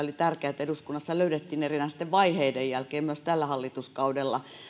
oli tärkeää että eduskunnassa löydettiin erinäisten vaiheiden jälkeen myös tällä hallituskaudella